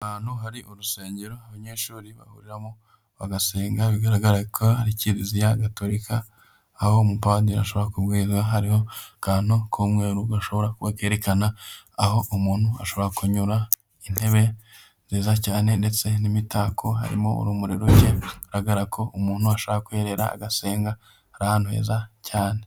Ahantu hari urusengero abanyeshuri bahuriramo bagasenga, bigaragara ko ari kiliziya gatolika, aho umupadiri ashobora kubwiriza, hariho akantu k'umweru gashobora kuba kerekana aho umuntu ashobora kunyura, intebe nziza cyane, ndetse n'imitako, harimo urumuri ruke, bigaragara ko umuntu ashobora kwiherera agasenga, ari ahantu heza cyane.